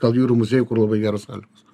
gal jūrų muziejuj kur labai geros sąlygos